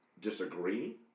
disagree